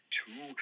two